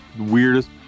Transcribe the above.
weirdest